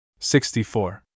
64